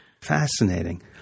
Fascinating